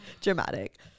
dramatic